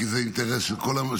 כי זה אינטרס של כולנו,